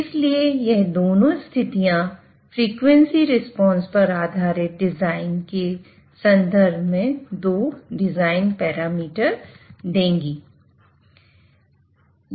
इसलिए यह दोनों स्थितियां फ्रिकवेंसी रिस्पांस पर आधारित डिजाइन के संदर्भ में दो डिजाइन पैरामीटर देंगी